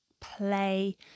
play